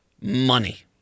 money